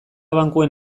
bankuen